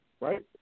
right